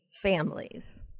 families